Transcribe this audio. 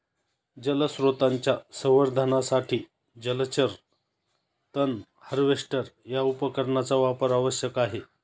जलस्रोतांच्या संवर्धनासाठी जलचर तण हार्वेस्टर या उपकरणाचा वापर आवश्यक आहे